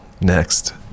Next